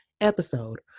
episode